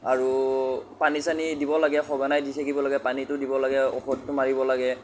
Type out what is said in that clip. আৰু পানী চানী দিব লাগে সঘনাই দি থাকিব লাগে পানীটো দিব লাগে ঔষধটো মাৰিব লাগে